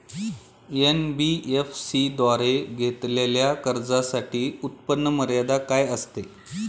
NBFC द्वारे घेतलेल्या कर्जासाठी उत्पन्न मर्यादा काय असते?